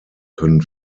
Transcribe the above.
können